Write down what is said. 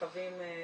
מרחבים,